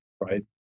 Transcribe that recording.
right